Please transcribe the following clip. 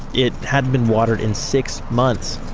it hadn't been watered in six months.